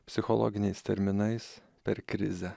psichologiniais terminais per krizę